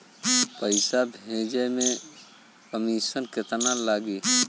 पैसा भेजे में कमिशन केतना लागि?